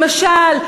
למשל,